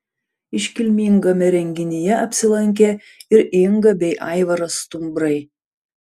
iškilmingame renginyje apsilankė ir inga bei aivaras stumbrai